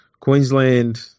Queensland